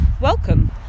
welcome